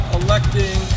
electing